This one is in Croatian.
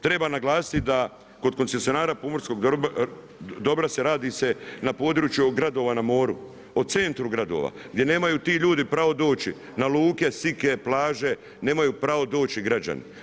Treba naglasiti da kod koncesionara pomorskog dobra se radi na područja gradova na moru, o centru gradova, gdje nemaju ti ljudi pravo doći na luke, sike, plaže, nemaju pravo doći građani.